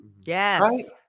Yes